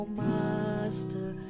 master